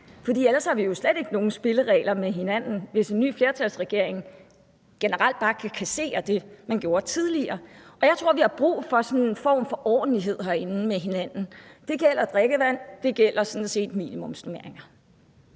for ellers har vi jo slet ikke nogen spilleregler med hinanden, altså hvis en ny flertalsregering generelt bare kan kassere det, man gjorde tidligere. Og jeg tror, vi har brug for en form for ordentlighed herinde med hinanden. Det gælder drikkevand, og det gælder sådan set også minimumsnormeringer.